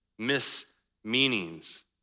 mismeanings